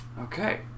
Okay